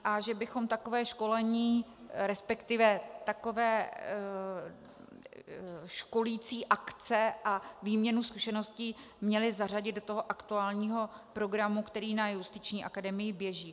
A že bychom takové školení resp. takové školicí akce a výměnu zkušeností, měli zařadit do aktuálního programu, který na Justiční akademii běží.